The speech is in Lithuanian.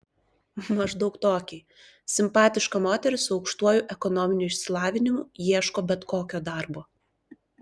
maždaug tokį simpatiška moteris su aukštuoju ekonominiu išsilavinimu ieško bet kokio darbo